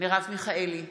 מרב מיכאלי,